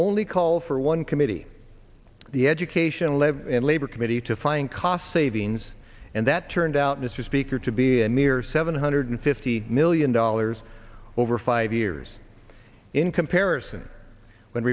only call for one committee the education level and labor committee to find cost savings and that turned out mr speaker to be a mere seven hundred fifty million dollars over five years in comparison when